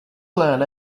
land